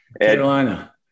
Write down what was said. Carolina